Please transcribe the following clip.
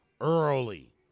early